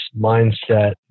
mindset